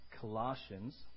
Colossians